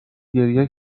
گریه